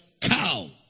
Cow